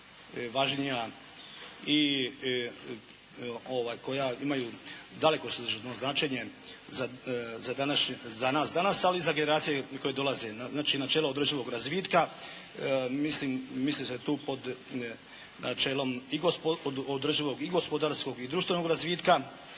najvažnija i koja imaju daleko …/Govornik se ne razumije./… značenje za nas danas, ali i za generacije koje dolaze. Znači načelo održivog razvitka. Misli se tu pod načelom održivog i gospodarskog i društvenog razvitka,